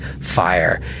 fire